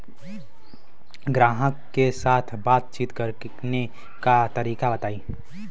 ग्राहक के साथ बातचीत करने का तरीका बताई?